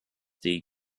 die